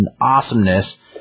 awesomeness